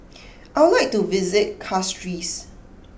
I would like to visit Castries